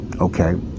okay